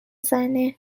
زنه